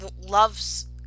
loves